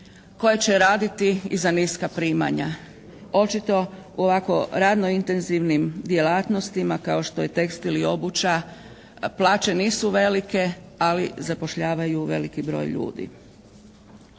koje će raditi i za niska primanja. Očito u ovako radno intenzivnim djelatnostima kao što je tekstil i obuća plaće nisu velike, ali zapošljavaju veliki broj ljudi.